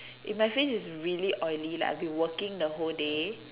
if my face is really oily like I've been working the whole day